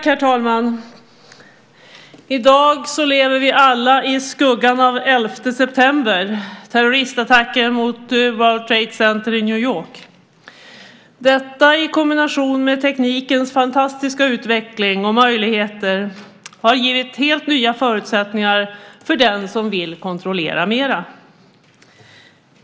Herr talman! I dag lever vi alla i skuggan av elfte september, terroristattacken mot World Trade Center i New York. Detta, i kombination med teknikens fantastiska utveckling och möjligheter, har givit helt nya förutsättningar för den som vill kontrollera mera.